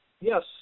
Yes